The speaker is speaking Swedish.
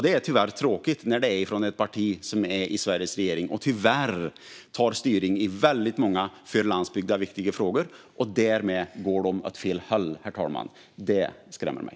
Det är tråkigt när det kommer från ett parti som sitter i Sveriges regering och tyvärr tar styrning i väldigt många för landsbygden viktiga frågor. Därmed går de åt fel håll, herr ålderspresident, och det skrämmer mig.